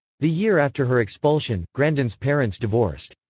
the year after her expulsion, grandin's parents divorced.